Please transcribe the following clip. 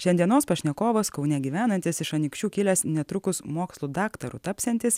šiandienos pašnekovas kaune gyvenantis iš anykščių kilęs netrukus mokslų daktaru tapsiantis